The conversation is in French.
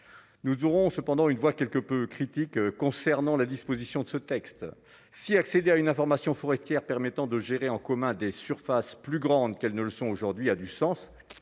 nous aurons cependant une voix quelque peu critique concernant la disposition de ce texte si accéder à une information forestière permettant de gérer en commun des surfaces plus grandes qu'elles ne le sont aujourd'hui, a du sens,